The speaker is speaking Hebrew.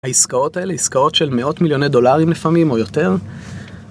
העסקאות האלה, עסקאות של מאות מיליוני דולרים לפעמים, או יותר